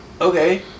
Okay